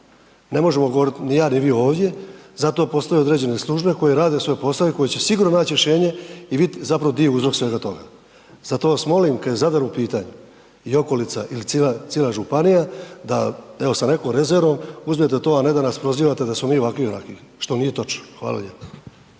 ne možemo govoriti ni ja ni vi ovdje zato postoje određene službe koje rade svoj posao i koji će sigurno naći rješenje i vidjet gdje je uzrok svega toga. Zato vas molim kada je Zadar u pitanju i okolica i cijela županija da evo sa nekom rezervom uzmete to, a ne da nas prozivate da smo mi ovaki, onaki što nije točno. Hvala lijepa.